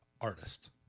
artist